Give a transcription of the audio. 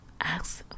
ask